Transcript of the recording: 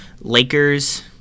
Lakers